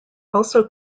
also